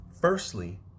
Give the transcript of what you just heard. Firstly